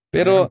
Pero